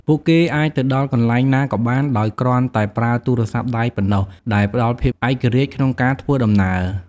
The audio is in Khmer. ពួកគេអាចទៅដល់កន្លែងណាក៏បានដោយគ្រាន់តែប្រើទូរស័ព្ទដៃប៉ុណ្ណោះដែលផ្តល់ភាពឯករាជ្យក្នុងការធ្វើដំណើរ។